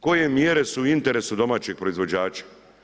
Koje mjere su u interesu domaćeg proizvođača?